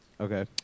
Okay